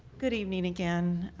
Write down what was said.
good evening, again.